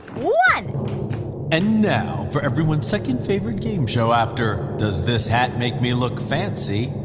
one and now for everyone's second-favorite game show after does this hat make me look fancy?